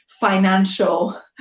financial